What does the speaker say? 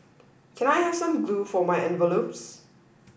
can I have some glue for my envelopes